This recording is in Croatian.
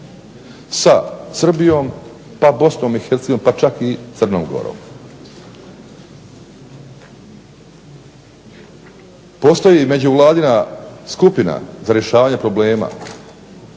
sa Srbijom pa Bosnom i Hercegovinom pa čak i Crnom Gorom. Postoji međuvladina skupina za rješavanje problema